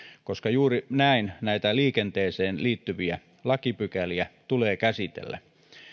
koska juuri näin näitä liikenteeseen liittyviä lakipykäliä tulee käsitellä